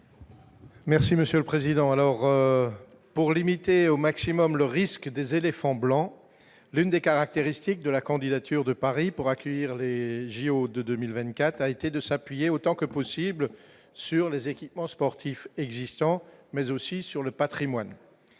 Merci Monsieur le Président, alors pour limiter au maximum le risque des éléphants blancs, l'une des caractéristiques de la candidature de Paris pour accueillir les JO de 2024 a été de s'appuyer autant que possible sur les équipements sportifs existants mais aussi sur le Patrimoine,